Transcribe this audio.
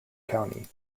county